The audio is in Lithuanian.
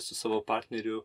su savo partneriu